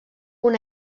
una